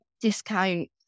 discount